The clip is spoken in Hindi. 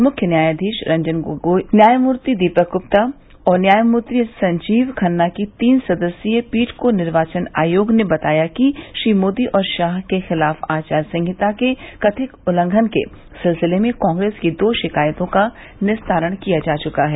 मुख्य न्यायाधीश रंजन गोगोई न्यायमूर्ति दीपक गुप्ता और न्यायमूर्ति संजीव खन्ना की तीन सदस्यीय पीठ को निर्वाचन आयोग ने बताया कि श्री मोदी और शाह के खिलाफ़ आचार संहिता के कथित उल्लंघन के सिलसिले में कांग्रेस की दो शिकायतों का निस्तारण किया जा चुका है